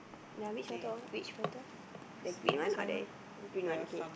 ya which photo ah which photo the green one or that green one okay